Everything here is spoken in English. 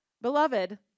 Beloved